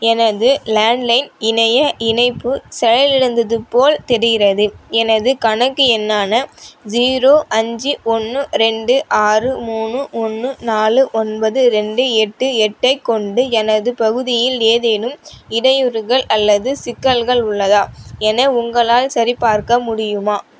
எனது landline இணைய இணைப்பு செயல் இழந்ததுப்போல் தெரிகிறது எனது கணக்கு எண்ணான ஜீரோ அஞ்சு ஒன்று ரெண்டு ஆறு மூணு ஒன்று நாலு ஒன்பது ரெண்டு எட்டு எட்டை கொண்டு எனது பகுதியில் ஏதேனும் இடையூறுகள் அல்லது சிக்கல்கள் உள்ளதா என உங்களால் சரிபார்க்க முடியுமா